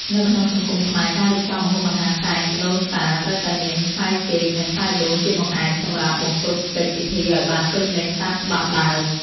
នៅក្នុងសង្គមខ្មែរការរៀបចំម្ហូបអាហារសែនដូនតាត្រូវតែមានផ្លែចេក និង ផ្លែដូងជាបង្អែមសម្រាប់បង្គ្រប់កិច្ចពិធីឱ្យបានពេញលេញតាមច្បាប់ដើម។